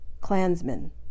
Klansmen